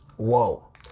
Whoa